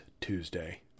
Tuesday